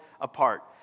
apart